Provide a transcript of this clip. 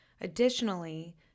Additionally